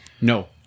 No